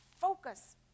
focus